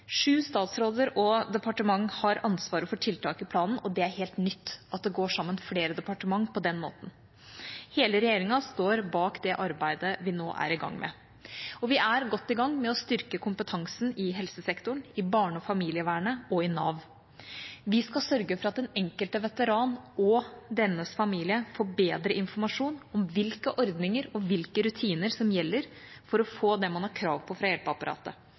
Sju statsråder og departement har ansvaret for tiltak i planen, og det er helt nytt at flere departement går sammen på den måten. Hele regjeringa står bak det arbeidet vi nå er i gang med. Vi er godt i gang med å styrke kompetansen i helsesektoren, i barne- og familievernet og i Nav. Vi skal sørge for at den enkelte veteran og dennes familie får bedre informasjon om hvilke ordninger og hvilke rutiner som gjelder for å få det man har krav på fra hjelpeapparatet.